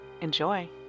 Enjoy